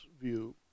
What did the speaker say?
view